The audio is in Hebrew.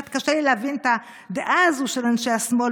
קצת קשה לי להבין את הדעה הזאת של אנשי השמאל,